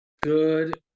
Good